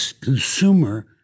consumer